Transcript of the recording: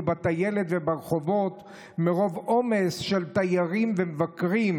בטיילת וברחובות מרוב עומס של תיירים ומבקרים,